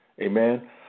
Amen